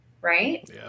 right